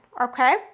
okay